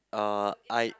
uh I